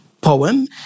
poem